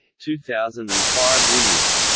two thousand and five winners